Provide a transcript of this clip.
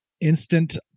instant